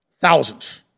Thousands